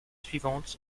suivante